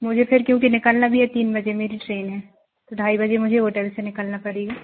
मुझे फिर क्योंकि निकलना भी है तीन बजे मेरी ट्रेन है तो ढाई बजे मुझे होटल से निकलना पड़ेगा